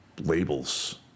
labels